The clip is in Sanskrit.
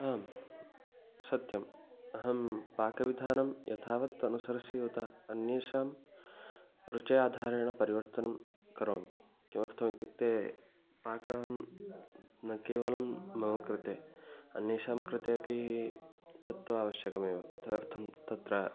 आम् सत्यम् अहं पाकविधानं यथावत् अनुसरामि उत अन्येषां रुच्याधारेण परिवर्तनं करोमि किमर्थमित्युक्ते पाकं न केवलं मम कृते अन्येषां कृते अपि तत्तु आवश्यकमेव तदर्थं तत्र